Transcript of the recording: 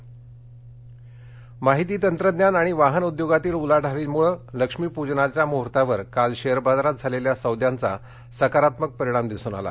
महूर्त माहिती तंत्रज्ञान आणि वाहन उद्योगातील उलाढालीमुळे लक्ष्मीप्जनाचा मुहूर्तावर काल शेअर बाजारात झालेल्या सौद्यांचा सकारात्मक परिणाम दिसून आला